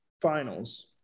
finals